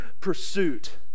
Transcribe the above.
pursuit